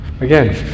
Again